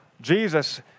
Jesus